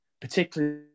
particularly